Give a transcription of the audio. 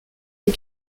est